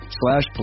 slash